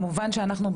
כמובן שאנחנו,